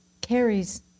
Carries